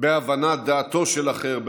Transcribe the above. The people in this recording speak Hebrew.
בהבנת דעתו של אחר,